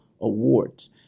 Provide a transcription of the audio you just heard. awards